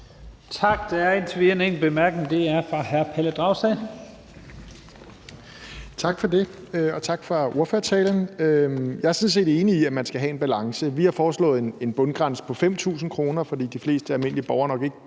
og det er fra hr. Pelle Dragsted. Kl. 15:33 Pelle Dragsted (EL): Tak for det, og tak for ordførertalen. Jeg er sådan set enig i, at man skal have en balance. Vi har foreslået en bundgrænse på 5.000 kr., fordi de fleste almindelige borgere nok ikke